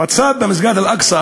מסגד אל-אקצא